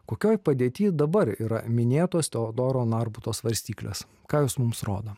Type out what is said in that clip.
kokioj padėtyj dabar yra minėtos teodoro narbuto svarstyklės ką jūs mums rodo